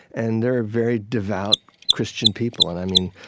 and they're very devout christian people. and, i mean,